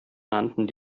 nannten